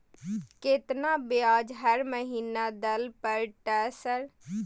केतना ब्याज हर महीना दल पर ट सर?